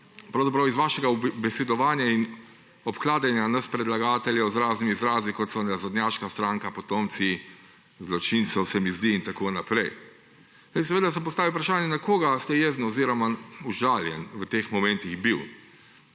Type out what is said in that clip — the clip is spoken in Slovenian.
to izhaja iz vašega ubesedovanja in obkladanja nas predlagateljev z raznimi izrazi, kot so nazadnjaška stranka, potomci zločincev, se mi zdi, in tako naprej. Seveda se postavi vprašanje, na koga ste bili jezni oziroma užaljeni v teh momentih.